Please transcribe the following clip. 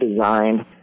designed